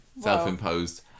self-imposed